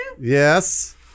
Yes